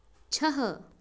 छः